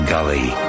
Gully